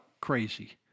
crazy